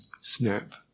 snap